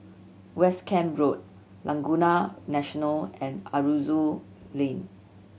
West Camp Road Laguna National and Aroozoo Lane